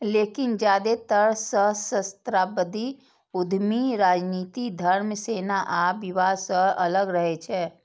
लेकिन जादेतर सहस्राब्दी उद्यमी राजनीति, धर्म, सेना आ विवाह सं अलग रहै छै